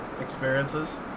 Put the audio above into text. experiences